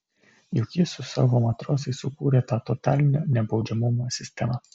juk jis su savo matrosais sukūrė tą totalinio nebaudžiamumo sistemą